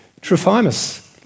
Trophimus